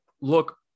look